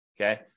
Okay